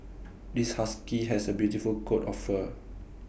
this husky has A beautiful coat of fur